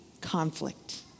conflict